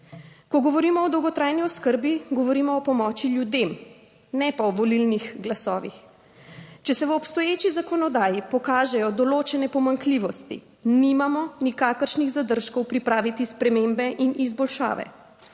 Ko govorimo o dolgotrajni oskrbi, govorimo o pomoči ljudem, ne pa o volilnih glasovih. Če se v obstoječi zakonodaji pokažejo določene pomanjkljivosti, nimamo nikakršnih zadržkov pripraviti spremembe in izboljšave.